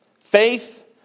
Faith